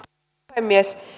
puhemies